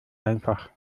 einfach